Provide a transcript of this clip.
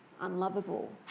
unlovable